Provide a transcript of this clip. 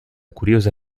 curiosa